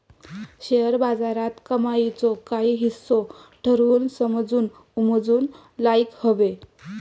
share बाजारात कमाईचो काही हिस्सो ठरवून समजून उमजून लाऊक व्हये